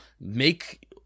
make –